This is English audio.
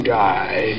die